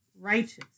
righteous